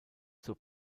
zur